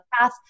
path